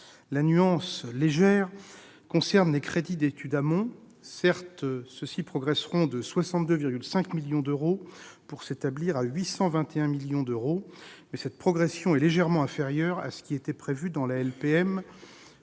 La nuance, légère, concerne les crédits pour les études amont : certes, ceux-ci progresseront de 62,5 millions d'euros pour s'établir à 821 millions d'euros, mais cette progression est légèrement inférieure à ce qui était prévu dans la loi